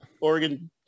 Oregon